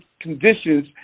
conditions